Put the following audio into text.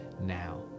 now